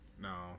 No